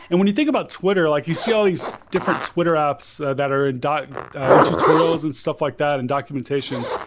and when you think about twitter, like you see all these different twitter apps that are ah ah in tutorials and stuff like that and documentation,